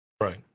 right